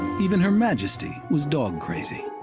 even her majesty was dog-crazy.